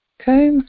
Okay